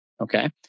Okay